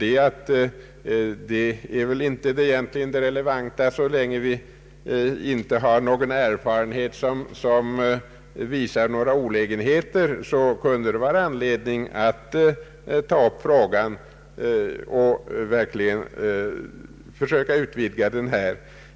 Det är inte det relevanta, ty så länge vi inte har någon erfarenhet som visar några olägenheter, kunde det vara anledning att ta upp frågan och verkligen försöka diskutera den.